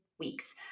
weeks